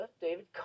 David